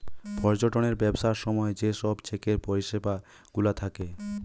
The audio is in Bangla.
পর্যটনের ব্যবসার সময় যে সব চেকের পরিষেবা গুলা থাকে